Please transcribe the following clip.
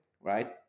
right